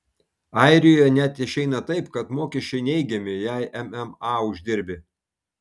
airijoje net išeina taip kad mokesčiai neigiami jei mma uždirbi